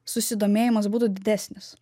susidomėjimas būtų didesnis